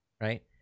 right